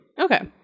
Okay